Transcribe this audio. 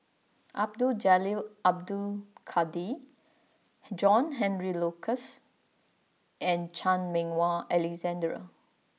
Abdul Jalil Abdul Kadir John Henry Duclos and Chan Meng Wah Alexander